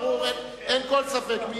ברור, אין כל ספק.